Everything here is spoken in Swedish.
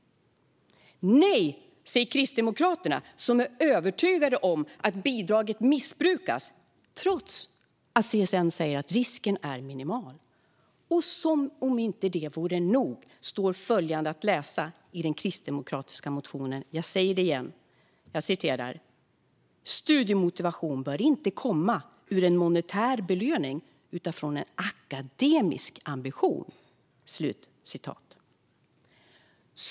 Nej, säger Kristdemokraterna. De är övertygade om att bidraget missbrukas, trots att CSN säger att risken är minimal. Som om detta inte vore nog står det att läsa i den kristdemokratiska motionen att "studiemotivation inte bör komma ur en monetär belöning utan från en akademisk ambition".